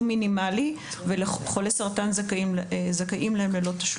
מינימאלי - חולי סרטן זכאים לעשות את הבדיקה ללא תשלום.